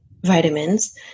vitamins